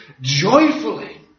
joyfully